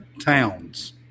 towns